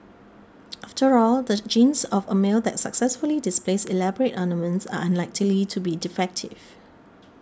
after all the genes of a male that successfully displays elaborate ornaments are unlikely to be defective